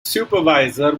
supervisor